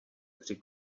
při